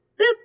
boop